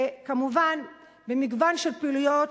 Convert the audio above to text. וכמובן במגוון של פעילויות,